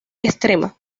extrema